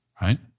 right